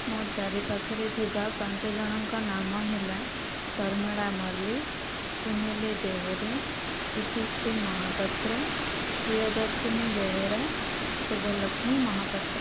ମୋ' ଚାରିପାଖରେ ଥିବା ପାଞ୍ଚଜଣଙ୍କ ନାମ ହେଲା ଶର୍ମିଳା ମଲ୍ଲିକ ସୁନୀଲ ଦେହୁରି ଇତିଶ୍ରୀ ମହାପାତ୍ର ପ୍ରିୟଦର୍ଶିନୀ ବେହେରା ଶୁଭଲକ୍ଷ୍ମୀ ମହାପାତ୍ର